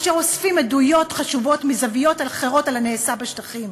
אשר אוספים עדויות חשובות מזוויות אחרות על הנעשה בשטחים.